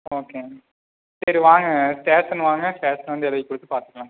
ஓகேங்க சரி வாங்க ஸ்டேஷன் வாங்க ஸ்டேஷன் வந்து எழுதி கொடுத்து பார்த்துக்கலாம்